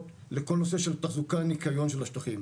לכל הנושא של תחזוקה וניקיון של השטחים.